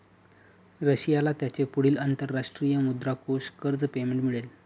रशियाला त्याचे पुढील अंतरराष्ट्रीय मुद्रा कोष कर्ज पेमेंट मिळेल